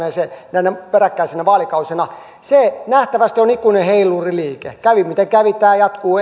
peräkkäisinä vaalikausina niin se nähtävästi on ikuinen heiluriliike kävi miten kävi tämä jatkuu